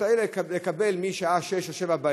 האלה כדי שיתקבלו משעה 18:00 או 19:00,